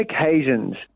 occasions